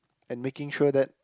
and making sure that